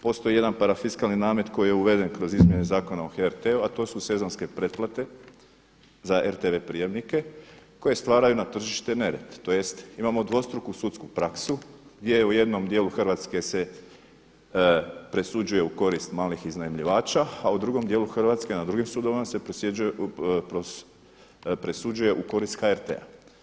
Postoji jedan parafiskalni namet koji je uveden kroz izmjene Zakona o HRT-u a to su sezonske pretplate za RTV prijamnike koje stvaraju na tržištu nered tj. imamo dvostruku sudsku praksu gdje je u jednom djelu Hrvatske se presuđuje u korist malih iznajmljivača a u drugom djelu Hrvatske na drugim sudovima se presuđuje u korist HRT-a.